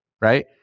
right